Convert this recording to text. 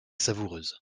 savoureuse